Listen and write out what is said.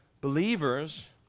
Believers